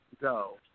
go